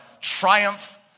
triumph